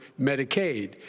Medicaid